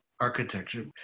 architecture